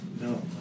No